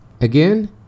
again